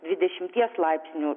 dvidešimties laipsnių